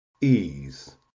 Ease